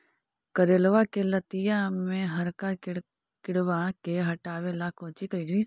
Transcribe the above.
करेलबा के लतिया में हरका किड़बा के हटाबेला कोची करिए?